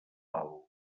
alt